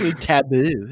Taboo